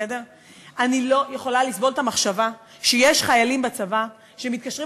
אני לא יכולה לסבול את המחשבה שיש חיילים בצבא שמתקשרים